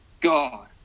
God